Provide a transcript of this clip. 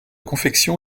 confection